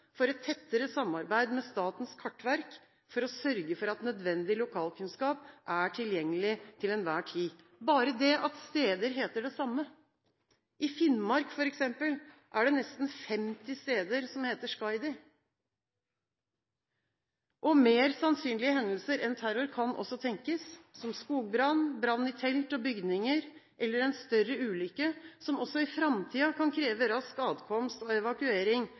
for et tettere samarbeid med Statens kartverk for å sørge for at nødvendig lokalkunnskap er tilgjengelig til enhver tid. Bare det at steder heter det samme: I Finnmark er det f.eks. nesten 50 steder som heter Skaidi. Mer sannsynlige hendelser enn terror kan også tenkes, som skogbrann, brann i telt og bygninger eller en større ulykke, som også i framtiden kan kreve rask adkomst og evakuering